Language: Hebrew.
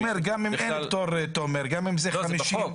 גם אם אין פטור,